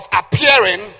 appearing